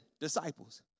disciples